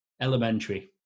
Elementary